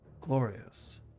glorious